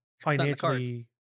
financially